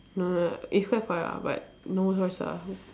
no no no it's quite far ah but no choice ah